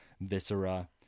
viscera